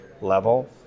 level